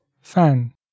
fan